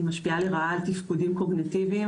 היא משפיעה לרעה על תפקודים קוגניטיביים